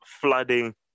flooding